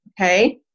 okay